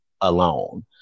alone